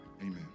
Amen